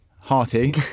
Hearty